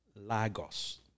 Lagos